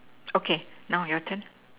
okay now your turn